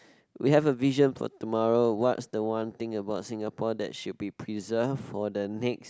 we have a vision for tomorrow what's the one thing about Singapore that should be preserved for the next